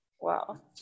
Wow